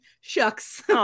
shucks